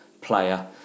player